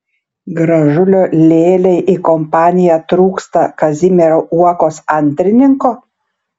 gražulio lėlei į kompaniją trūksta kazimiero uokos antrininko